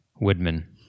Woodman